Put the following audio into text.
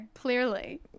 clearly